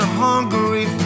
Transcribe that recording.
hungry